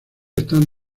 están